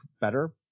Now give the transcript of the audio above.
better